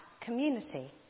community